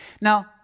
Now